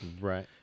right